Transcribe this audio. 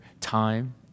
time